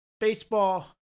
baseball